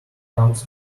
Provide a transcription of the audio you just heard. comes